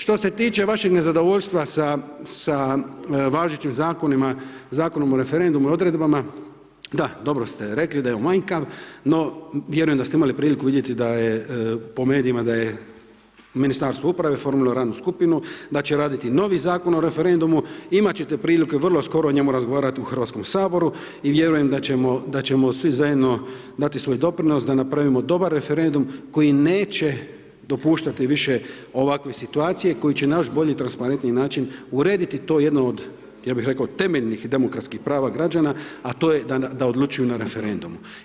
Što se tiče vašeg nezadovoljstva sa važećim zakonima, Zakonom o referendumu i odredbama, da, dobro ste rekli da je manjkav, no vjerujem da ste imali priliku vidjeti po medijima da je Ministarstvo uprave formiralo radnu skupinu, da će raditi novi Zakon o referendumu, imat ćete prilike vrlo skoro o njemu razgovarati u HS-u i vjerujem da ćemo svi zajedno dati svoj doprinos, da napravimo dobar referendum, koji neće dopuštati više ovakve situacije i koji će naći bolji i transparentniji način urediti to jedno od, ja bih rekao, temeljnih demokratskih prava građana, a to je da odlučuju na referendumu.